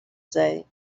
say